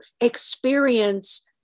experience